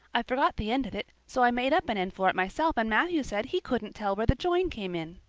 i forgot the end of it, so i made up an end for it myself and matthew said he couldn't tell where the join came in.